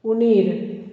उणीर